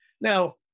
Now